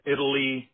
Italy